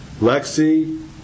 Lexi